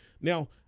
Now